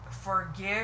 forgive